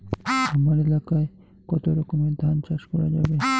হামার এলাকায় কতো রকমের ধান চাষ করা যাবে?